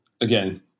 Again